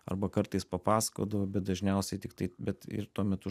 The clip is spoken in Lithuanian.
arba kartais papasakodavo bet dažniausiai tiktai bet ir tuo metu